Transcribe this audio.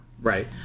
Right